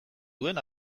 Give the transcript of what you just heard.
duen